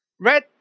Red